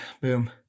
Boom